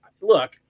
look-